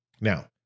Now